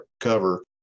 cover